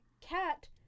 cat